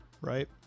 right